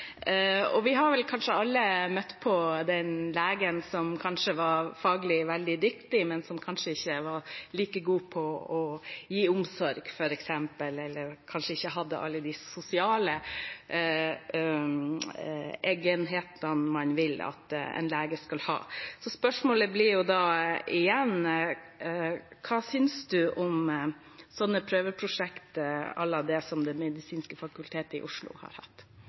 uniTESTen. Vi har vel alle møtt på den legen som kanskje var faglig veldig dyktig, men som ikke var like god på å gi omsorg, f.eks., eller kanskje ikke hadde alle de sosiale egnethetene man vil at en lege skal ha. Så spørsmålet blir da igjen: Hva synes ministeren om sånne prøveprosjekter à la det som Det medisinske fakultet i Oslo har hatt?